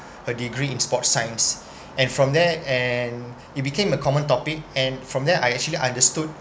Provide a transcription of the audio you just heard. a degree in sports science and from there and it became a common topic and from there I actually understood